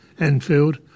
Enfield